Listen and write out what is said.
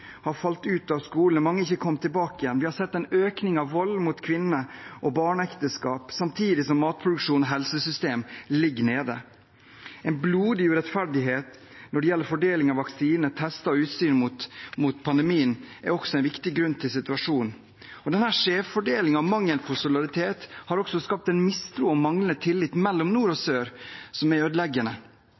har falt ut av skolen og mange har ikke kommet tilbake. Vi har sett en økning av vold mot kvinner og barneekteskap, samtidig som matproduksjon og helsesystem ligger nede. En blodig urettferdighet når det gjelder fordeling av vaksiner, tester og utstyr mot pandemien er også en viktig grunn til situasjonen. Og denne skjevfordelingen og mangelen på solidaritet har også skapt mistro og manglende tillit mellom nord og sør som er ødeleggende.